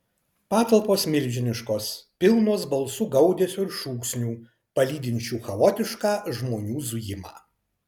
patalpos milžiniškos pilnos balsų gaudesio ir šūksnių palydinčių chaotišką žmonių zujimą